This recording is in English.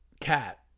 cat